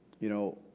you know,